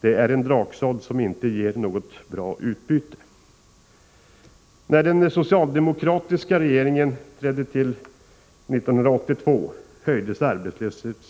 Det är en draksådd som inte ger något bra utbyte.